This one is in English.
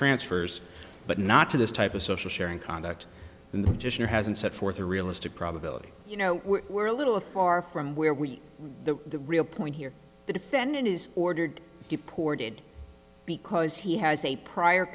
transfers but not to this type of social sharing conduct in the just your hasn't set forth a realistic probability you know we're a little of far from where we are the real point here the defendant is ordered deported because he has a prior